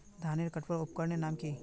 धानेर कटवार उपकरनेर नाम की?